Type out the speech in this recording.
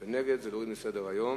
חוק ומשפט נתקבלה.